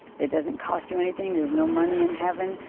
it doesn't cost you anything. there's no money in heaven.